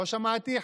לא שמעתי,